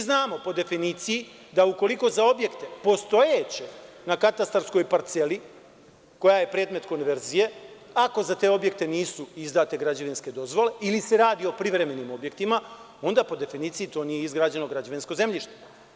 Znamo po definiciji da ukoliko za objekte, postojeće na katastarskoj parceli koja je predmet konverzije, ako za te objekte nisu izdate građevinske dozvole ili se radi o privremenim objektima, onda po definiciji to nije izgrađeno građevinsko zemljište.